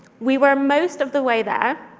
we were most of the way there,